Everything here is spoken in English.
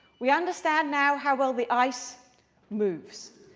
we understand now how well the ice moves.